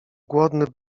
głodny